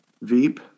Veep